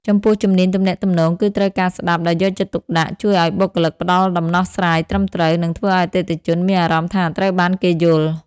ចំពោះ ជំនាញទំនាក់ទំនង គឺត្រូវការស្ដាប់ដោយយកចិត្តទុកដាក់ជួយឱ្យបុគ្គលិកផ្ដល់ដំណោះស្រាយត្រឹមត្រូវ និងធ្វើឱ្យអតិថិជនមានអារម្មណ៍ថាត្រូវបានគេយល់។